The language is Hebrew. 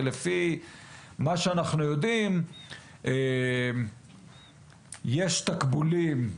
ולפי מה שאנחנו יודעים יש תקבולים,